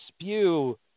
spew